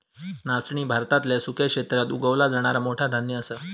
नाचणी भारतातल्या सुक्या क्षेत्रात उगवला जाणारा मोठा धान्य असा